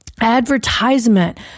advertisement